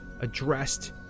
addressed